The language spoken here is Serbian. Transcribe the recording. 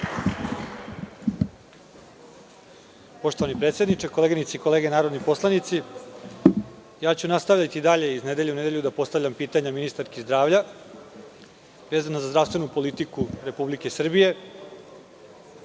Poštovani predsedniče, koleginice i kolege narodni poslanici, nastaviću dalje iz nedelje u nedelju da postavljam pitanja ministarki zdravlja vezano za zdravstveno politiku Republike Srbije,